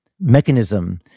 Mechanism